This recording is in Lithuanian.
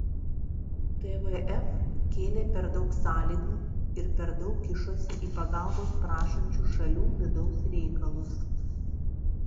tvf kėlė per daug sąlygų ir per daug kišosi į pagalbos prašančių šalių vidaus reikalus